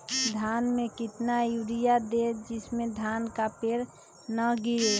धान में कितना यूरिया दे जिससे धान का पेड़ ना गिरे?